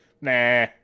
nah